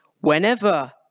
Whenever